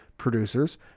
producers